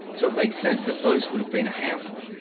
so it makes sense that both would have been a handful.